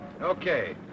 Okay